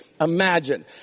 imagine